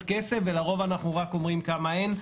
רוב כסף כשלרוב אנחנו רק אומרים כמה אין.